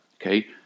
okay